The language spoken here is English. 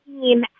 team